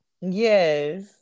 Yes